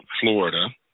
Florida